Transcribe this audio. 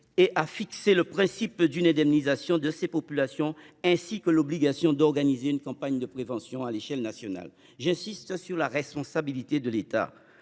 et à fixer le principe d’une indemnisation de ces populations ainsi que l’obligation d’organiser une campagne de prévention à l’échelle nationale. J’insiste sur la responsabilité de l’État